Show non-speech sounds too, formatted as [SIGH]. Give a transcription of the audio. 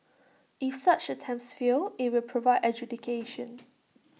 [NOISE] if such attempts fail IT will provide adjudication